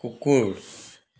কুকুৰ